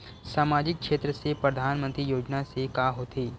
सामजिक क्षेत्र से परधानमंतरी योजना से का होथे?